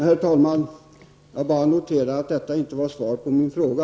Herr talman! Jag noterar bara att detta inte var svar på min fråga.